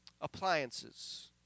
Appliances